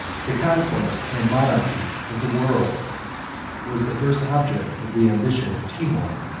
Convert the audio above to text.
the conquest and monarchy of the world was the first object of the ambition of timour.